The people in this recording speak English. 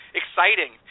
exciting